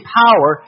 power